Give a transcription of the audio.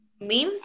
Memes